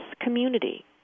community